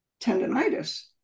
tendonitis